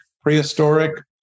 prehistoric